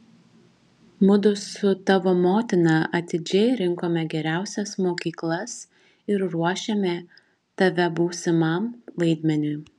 mudu su tavo motina atidžiai rinkome geriausias mokyklas ir ruošėme tave būsimam vaidmeniui